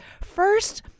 First